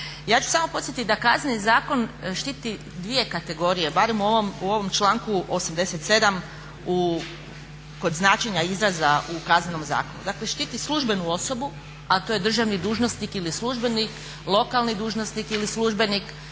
Ja ću samo podsjetiti da Kazneni zakon štiti dvije kategorije barem u ovom članku 87. kod značenja izraza u Kaznenom zakonu. Dakle, štiti službenu osobu, a to je državni dužnosnik ili službenik, lokalni dužnosnik ili službenik,